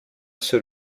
seul